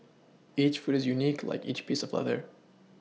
each foot is unique like each piece of leather